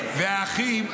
האחים,